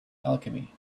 alchemy